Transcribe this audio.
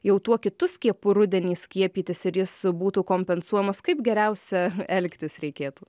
jau tuo kitu skiepu rudenį skiepytis ir jis būtų kompensuojamas kaip geriausia elgtis reikėtų